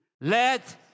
Let